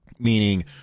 meaning